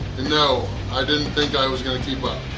no i didn't think i was going to keep up.